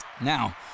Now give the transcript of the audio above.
Now